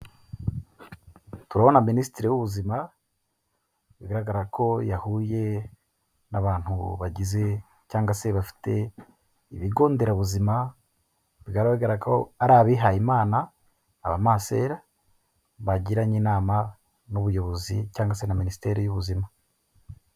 Turabona minisitiri w'ubuzima, bigaragara ko yahuye n'abantu bagize cyangwa se bafite ibigonderabuzima, bigaragara ko ari abihayimana, abamasera bagiranye inama n'ubuyobozi cyangwa se na minisiteri y'ubuzima.